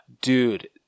Dude